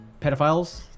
pedophiles